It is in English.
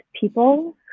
people